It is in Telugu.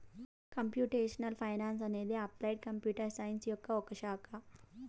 కంప్యూటేషనల్ ఫైనాన్స్ అనేది అప్లైడ్ కంప్యూటర్ సైన్స్ యొక్క ఒక శాఖ